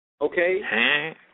Okay